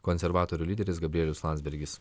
konservatorių lyderis gabrielius landsbergis